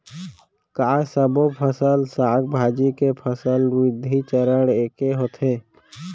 का सबो फसल, साग भाजी के फसल वृद्धि चरण ऐके होथे?